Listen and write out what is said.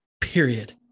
period